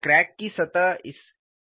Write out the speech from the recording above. crack की सतहें इस तरह शियर हैं